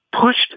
pushed